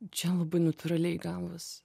čia labai natūraliai gavos